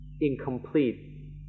incomplete